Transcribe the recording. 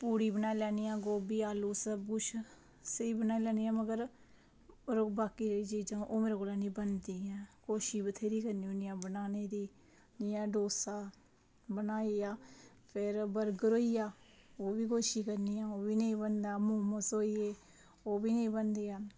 पूड़ी बनाई लैननी आं गोभी आलू सबकुछ स्हेई बनाई लैन्नी आं मगर बाकी होर चीज़ां मेरे कशा हैनी बनदी हैन कोशिश बथ्हेरी करनी आं बनाने दी जियां डोसा बनाया फि्र बर्गर होइया ओह्बी कोशिश करनी आं पर ओह्बी नेईं बनदे मोमोज़ होइये ओह्बी निं बनदे हैन